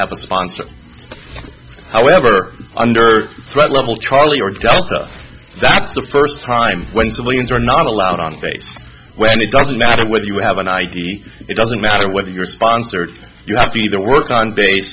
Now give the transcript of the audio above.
have a sponsor however under threat level charlie or delta that's the first time when civilians are not allowed on face when it doesn't matter whether you have an i d it doesn't matter whether you're sponsored you have either work on base